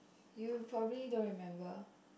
you probably don't remember